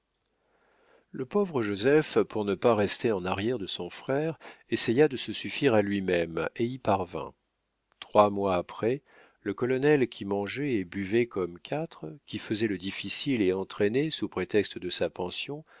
le pauvre joseph pour ne pas rester en arrière de son frère essaya de se suffire à lui-même et y parvint trois mois après le colonel qui mangeait et buvait comme quatre qui faisait le difficile et entraînait sous prétexte de sa pension